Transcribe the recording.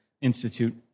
Institute